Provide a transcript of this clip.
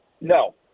No